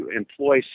employ